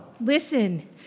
Listen